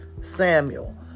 Samuel